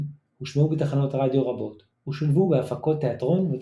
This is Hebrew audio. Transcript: הושמעו בתחנות רדיו רבות ושולבו בהפקות תיאטרון וטלוויזיה.